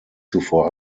zuvor